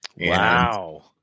Wow